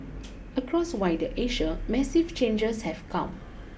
across wider Asia massive changes have come